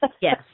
Yes